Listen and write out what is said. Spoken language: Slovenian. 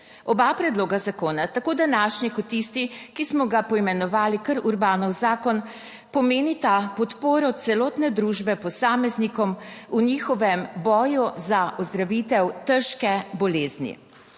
Oba predloga zakona, tako današnji kot tisti, ki smo ga poimenovali kar Urbanov zakon, pomenita podporo celotne družbe posameznikom v njihovem boju za ozdravitev težke bolezni.